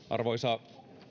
arvoisa